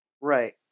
Right